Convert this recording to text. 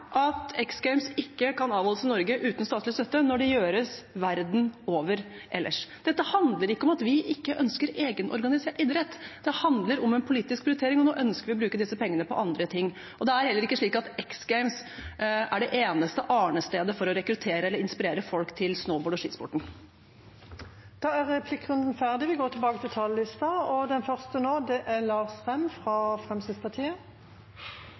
gjøres verden over ellers. Dette handler ikke om at vi ikke ønsker egenorganisert idrett, det handler om en politisk prioritering, og nå ønsker vi å bruke disse pengene på andre ting. Det er heller ikke slik at X Games er det eneste arnestedet for å rekruttere eller inspirere folk til snowboard og skisporten. Replikkordskiftet er omme. De talere som heretter får ordet, har også en taletid på 3 minutter. Jeg vil gjerne begynne med å forsøke å si noen ord om hva X Games er.